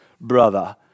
brother